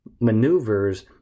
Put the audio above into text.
maneuvers